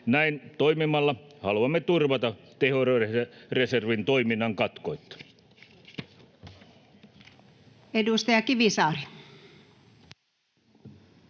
Näin toimimalla haluamme turvata tehoreservin toiminnan katkoitta.